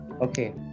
Okay